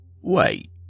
Wait